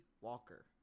Walker